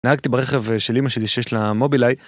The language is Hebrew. נהגתי ברכב של אימא שלי, ששיש לה מובילאי.